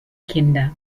kinder